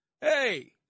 Hey